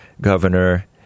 governor